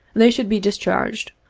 they should be discharged,